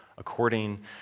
according